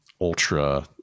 ultra